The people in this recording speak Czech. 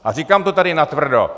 A říkám to tady natvrdo.